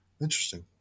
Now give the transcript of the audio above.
Interesting